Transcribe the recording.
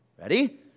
Ready